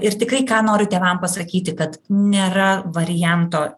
ir tikrai ką noriu tėvam pasakyti kad nėra varianto